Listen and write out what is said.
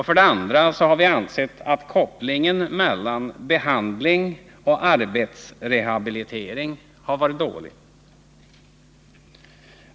För det andra anser vi att kopplingen mellan behandling och arbetsrehabilitering varit dålig.